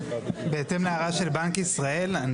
בהתאם להערה של בנק ישראל,